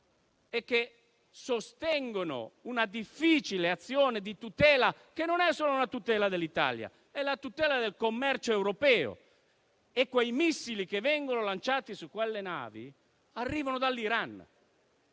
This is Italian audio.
e sostengono una difficile azione di tutela, che non è solo una tutela dell'Italia, ma è la tutela del commercio europeo. Quei missili che vengono lanciati su quelle navi arrivano dall'Iran.